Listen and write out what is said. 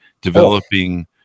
developing